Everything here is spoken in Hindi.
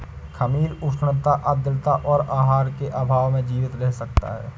खमीर उष्णता आद्रता और आहार के अभाव में जीवित रह सकता है